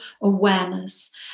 awareness